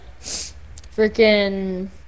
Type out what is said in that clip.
Freaking